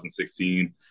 2016